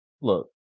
Look